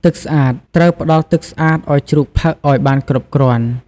ទឹកស្អាត ត្រូវផ្តល់ទឹកស្អាតឲ្យជ្រូកផឹកឲ្យបានគ្រប់គ្រាន់។